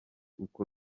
uko